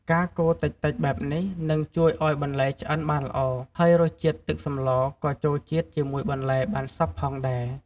ការកូរតិចៗបែបនេះ នឹងជួយឲ្យបន្លែឆ្អិនបានល្អ ហើយរសជាតិទឹកសម្លក៏ចូលជាតិជាមួយបន្លែបានសព្វផងដែរ។